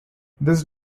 this